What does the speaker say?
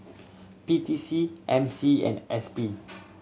P T C M C and S P